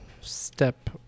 step